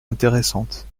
intéressantes